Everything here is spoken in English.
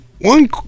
One